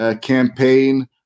campaign